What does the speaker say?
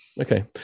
Okay